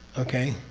okay?